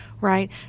right